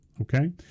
okay